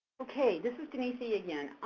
okay, this is denise e. again.